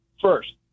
first